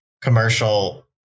commercial